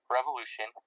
Revolution